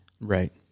Right